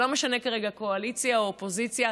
ולא משנה כרגע קואליציה או אופוזיציה,